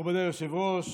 מכובדי היושב-ראש,